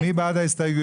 מי בעד ההסתייגויות?